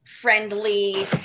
friendly